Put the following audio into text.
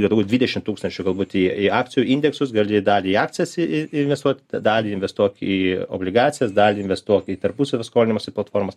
gatavų dvidešim tūkstančių galbūt į į akcijų indeksus gali dalį į akcijas investuot dalį investuok į obligacijas dalį investuok į tarpusavio skolinimosi platformas